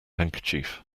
handkerchief